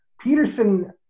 Peterson